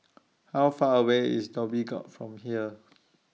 How Far away IS Dhoby Ghaut from here